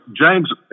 James